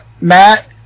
Matt